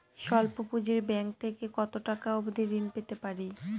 স্বল্প পুঁজির ব্যাংক থেকে কত টাকা অবধি ঋণ পেতে পারি?